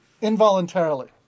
involuntarily